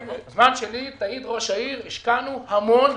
תעיד ראש העיר - השקענו המון,